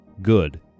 good